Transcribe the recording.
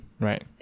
right